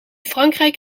frankrijk